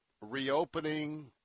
reopening